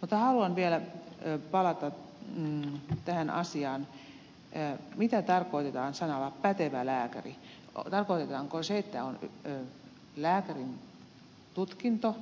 mutta haluan vielä palata tähän asiaan mitä tarkoitetaan sanoilla pätevä lääkäri tarkoitetaanko sitä että on lääkärintutkinto